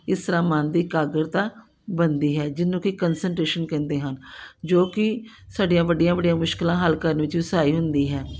ਇਸ ਤਰ੍ਹਾਂ ਮਨ ਦੀ ਇਕਾਗਰਤਾ ਬਣਦੀ ਹੈ ਜਿਹਨੂੰ ਕਿ ਕੰਸਟਰੇਸ਼ਨ ਕਹਿੰਦੇ ਹਨ ਜੋ ਕਿ ਸਾਡੀਆਂ ਵੱਡੀਆਂ ਵੱਡੀਆਂ ਮੁਸ਼ਕਿਲਾਂ ਹੱਲ ਕਰਨ ਵਿੱਚ ਵੀ ਸਹਾਈ ਹੁੰਦੀ ਹੈ